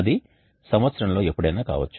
అది సంవత్సరంలో ఎప్పుడైనా కావచ్చు